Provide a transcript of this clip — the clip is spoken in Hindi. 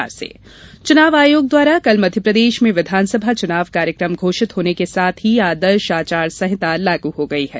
चुनाव आयोग च्नाव आयोग द्वारा कल मध्यप्रदेश में विधानसभा च्नाव कार्यक्रम घोषित होने के साथ ही आदर्श आचार संहिता लागू हो गई है